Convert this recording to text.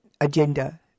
agenda